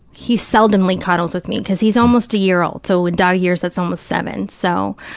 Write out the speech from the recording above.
he seldomly cuddles with me, because he's almost a year old, so in dog years that's almost seven, so,